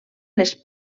les